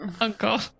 uncle